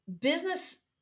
business